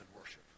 worship